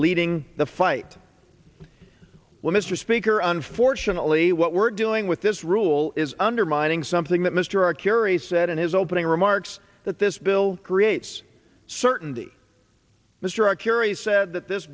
leading the fight well mr speaker unfortunately what we're doing with this rule is undermining something that mr are curies said in his opening remarks that this bill creates certainty mr curie said that this